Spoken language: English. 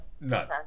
None